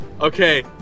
okay